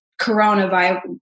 coronavirus